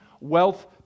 wealth